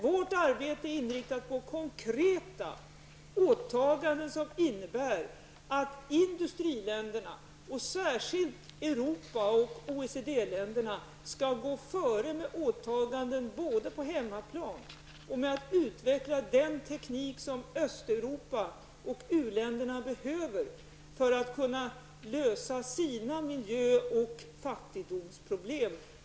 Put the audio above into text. Vårt arbete är således inriktat på konkreta åtaganden som innebär att industriländerna, särskilt Europa och OECD-länderna, skall gå före med åtaganden på hemmaplan och att utveckla den teknik som Östeuropa och u-länderna behöver för att kunna lösa sina miljö och fattigdomsproblem.